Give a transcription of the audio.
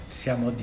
siamo